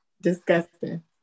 Disgusting